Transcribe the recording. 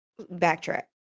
backtrack